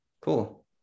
cool